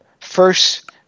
First